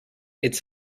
its